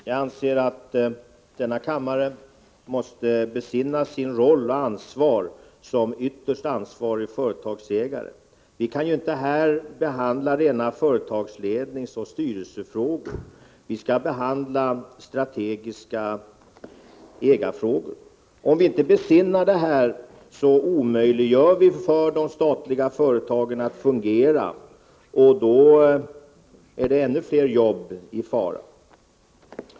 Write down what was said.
Herr talman! Jag anser att denna kammare måste besinna sin roll och sitt ansvar som ytterst ansvarig företagsägare. Vi kan inte här behandla rena företagsledningsoch styrelsefrågor. Vi skall behandla strategiska ägarfrågor. Om vi inte besinnar detta omöjliggör vi för de statliga företagen att fungera — och då är det ännu fler jobb i fara.